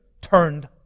turned